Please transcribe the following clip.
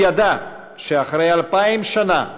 הוא ידע שאחרי אלפיים שנה,